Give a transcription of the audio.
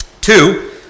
Two